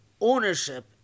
ownership